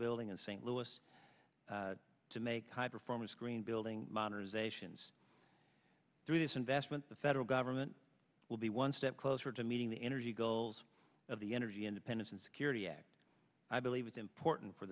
building in st louis to make high performance green building modernizations through this investment the federal government will be one step closer to meeting the energy goals of the energy independence and security act i believe it's important for